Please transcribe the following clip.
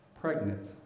pregnant